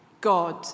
God